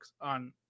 on